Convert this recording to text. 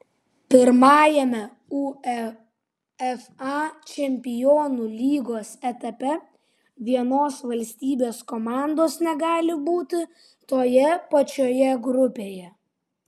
pirmajame uefa čempionų lygos etape vienos valstybės komandos negali būti toje pačioje grupėje